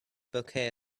bouquet